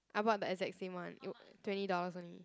I bought the exact same one it twenty dollars only